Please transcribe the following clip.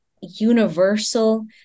universal